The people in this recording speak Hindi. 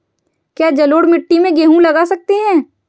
क्या जलोढ़ मिट्टी में गेहूँ लगा सकते हैं?